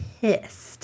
pissed